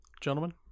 gentlemen